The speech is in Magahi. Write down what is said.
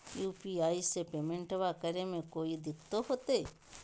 यू.पी.आई से पेमेंटबा करे मे कोइ दिकतो होते?